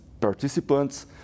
participants